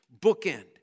Bookend